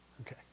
Okay